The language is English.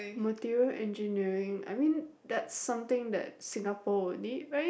Material Engineering I mean that's something that Singapore will need right